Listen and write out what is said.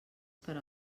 per